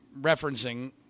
referencing